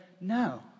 No